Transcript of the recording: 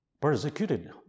persecuted